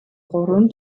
гурван